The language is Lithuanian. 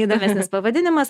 įdomesnis pavadinimas